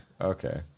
Okay